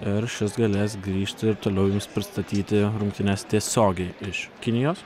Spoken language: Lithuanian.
ir šis galės grįžti ir toliau jums pristatyti rungtynes tiesiogiai iš kinijos